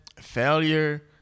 failure